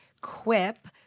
Quip